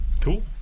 cool